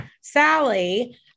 Sally